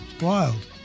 wild